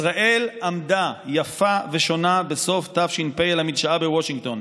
ישראל עמדה יפה ושונה בסוף תש"ף על המדשאה בוושינגטון,